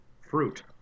fruit